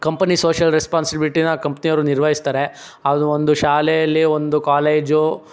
company social ರೆಸ್ಪಾನ್ಸಿಬಿಲಿಟಿನ company ಅವರು ನಿರ್ವಹಿಸ್ತಾರೆ ಅದು ಒಂದು ಶಾಲೆಯಲ್ಲಿ ಒಂದು ಕಾಲೇಜು